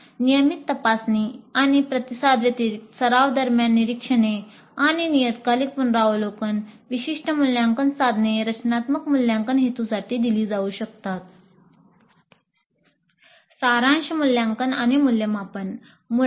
नियमित तपासणी आणि प्रतिसाद व्यतिरिक्त सराव दरम्यान निरीक्षणे आणि नियतकालिक पुनरावलोकन विशिष्ट मूल्यांकन साधने रचनात्मक मूल्यांकन हेतूंसाठी दिली जाऊ शकतात